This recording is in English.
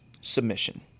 submission